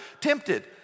tempted